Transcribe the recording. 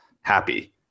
happy